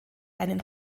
einen